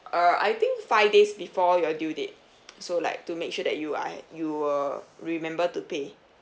err I think five days before your due date so like to make sure that you are you will remember to pay